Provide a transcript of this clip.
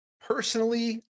personally